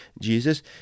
Jesus